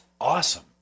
awesome